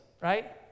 right